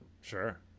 Sure